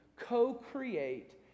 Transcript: Co-create